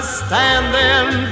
standing